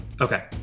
Okay